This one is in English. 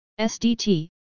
SDT